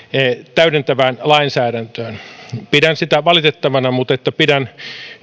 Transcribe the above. täydentävään lainsäädäntöön pidän sitä valitettavana mutta pidän